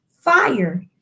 fire